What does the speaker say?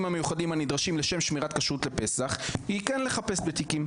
המיוחדים הנדרשים לשם שמירת כשרות לפסח היא כן לחפש בתיקים,